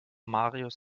marius